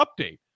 update